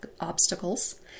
obstacles